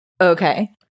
Okay